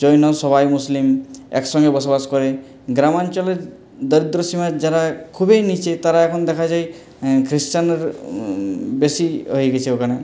জৈন সবাই মুসলিম একসঙ্গে বসবাস করে গ্রামাঞ্চলের দারিদ্রসীমার যারা খুবই নীচে তারা এখন দেখা যায় খ্রিষ্টান বেশি হয়ে গেছে ওখানে